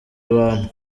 abantu